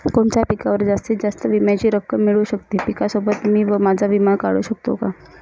कोणत्या पिकावर जास्तीत जास्त विम्याची रक्कम मिळू शकते? पिकासोबत मी माझा विमा काढू शकतो का?